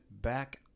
back